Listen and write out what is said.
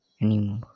anymore